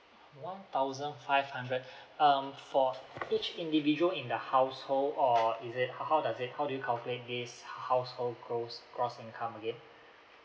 one thousand five hundred um for each individual in the household or is it how does it how do you calculate this household gros~ gross income again